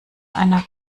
einer